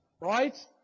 right